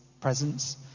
presence